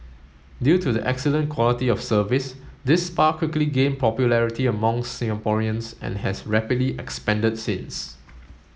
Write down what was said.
due to the excellent quality of service this spa quickly gained popularity amongst Singaporeans and has rapidly expanded since